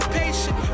patient